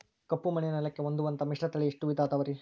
ಕಪ್ಪುಮಣ್ಣಿನ ನೆಲಕ್ಕೆ ಹೊಂದುವಂಥ ಮಿಶ್ರತಳಿ ಎಷ್ಟು ವಿಧ ಅದವರಿ?